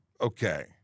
Okay